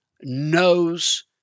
knows